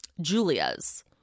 Julias